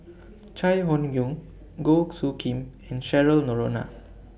Chai Hon Yoong Goh Soo Khim and Cheryl Noronha